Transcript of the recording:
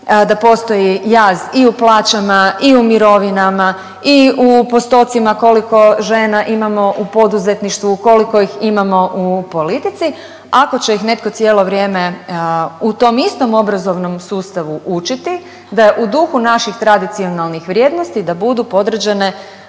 da postoji jaz i u plaćama i u mirovinama i u postocima koliko žena imamo u poduzetništvu, koliko ih imamo u politici ako će ih netko cijelo vrijeme u tom istom obrazovnom sustavu učiti da je u duhu naših tradicionalnih vrijednosti da budu podređene